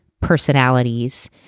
personalities